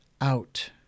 out